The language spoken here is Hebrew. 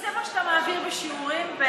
זה מה שאתה מעביר בשיעורים, לא.